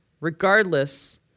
regardless